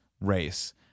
race